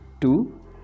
Two